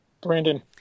Brandon